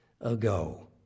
ago